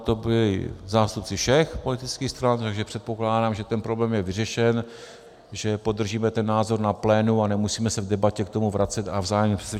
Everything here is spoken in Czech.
To byli zástupci všech politických stran, takže předpokládám, že ten problém je vyřešen, že podržíme ten názor na plénu a nemusíme se v debatě k tomu vracet a vzájemně přesvědčovat.